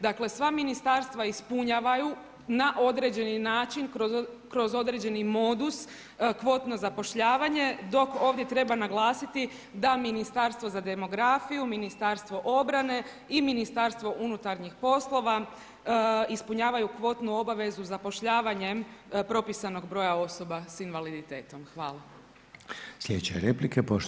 Dakle, sva ministarstva ispunjavaju na određeni način, kroz određeni modus kvotno zapošljavanje dok ovdje treba naglasiti da Ministarstvo za demografiju, Ministarstvo obrane i Ministarstvo unutarnjih poslova ispunjavaju kvotnu obavezu zapošljavanjem propisanog broja osoba s invaliditetom.